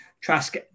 Trask